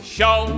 Show